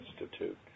Institute